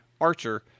Archer